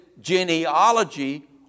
genealogy